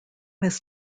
this